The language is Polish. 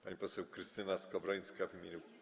Pani poseł Krystyna Skowrońska w imieniu.